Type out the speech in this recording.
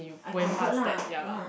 I convert lah ya lah